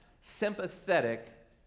sympathetic